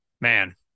man